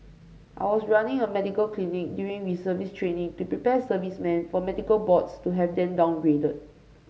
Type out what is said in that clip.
I was running a medical clinic during reservist training to prepare servicemen for medical boards to have them downgraded